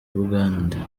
bugande